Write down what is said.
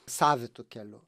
savitu keliu